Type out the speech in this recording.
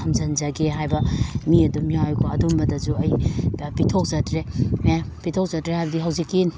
ꯊꯝꯖꯟꯖꯒꯦ ꯍꯥꯏꯕ ꯃꯤ ꯑꯗꯨꯝ ꯌꯥꯎꯏꯀꯣ ꯑꯗꯨꯝꯕꯗꯁꯨ ꯑꯩꯗ ꯄꯤꯊꯣꯛꯆꯗ꯭ꯔꯦ ꯑꯦ ꯄꯤꯊꯣꯛꯆꯗ꯭ꯔꯦ ꯍꯥꯏꯕꯗꯤ ꯍꯧꯖꯤꯛꯀꯤ